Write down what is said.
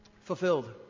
fulfilled